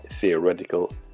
theoretical